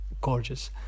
gorgeous